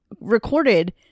recorded